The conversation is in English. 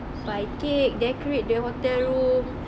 buy cake decorate the hotel room